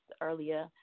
earlier